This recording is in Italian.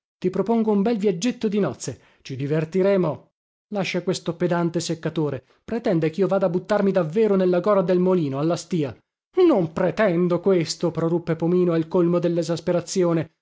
ti propongo un bel viaggetto di nozze ci divertiremo lascia questo pedante seccatore pretende chio vada a buttarmi davvero nella gora del molino alla stìa non pretendo questo proruppe pomino al colmo dellesasperazione